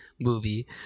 movie